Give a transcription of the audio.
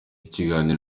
ikiganiro